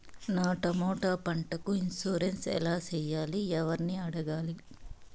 నా టమోటా పంటకు ఇన్సూరెన్సు ఎలా చెయ్యాలి? ఎవర్ని అడగాలి?